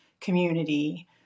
community